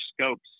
scopes